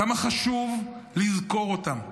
כמה חשוב לזכור אותם.